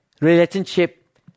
relationship